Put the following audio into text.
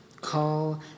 Call